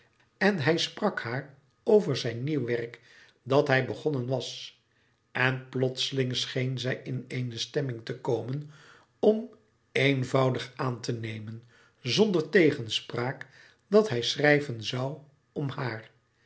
en hij sprak haar over zijn nieuw werk dat hij begonnen was en plotseling scheen zij in eene stemming te komen om eenvoudig aan te nemen zonder tegenspraak dat hij schrijven zoû om haar